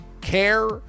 care